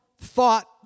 thought